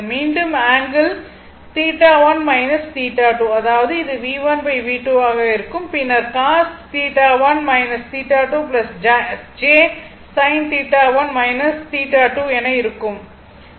மீண்டும் ஆங்கிள் θ1 θ2 அதாவது இது V1 V2 ஆக இருக்கும் பின்னர்cos θ1 θ2 j sin θ1 θ2 என இருக்கும்